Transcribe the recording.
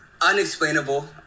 unexplainable